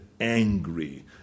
angry